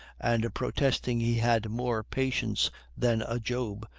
and protesting he had more patience than a job,